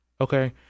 Okay